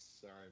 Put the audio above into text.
sorry